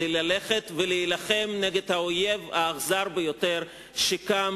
כדי ללכת ולהילחם נגד האויב האכזר ביותר שקם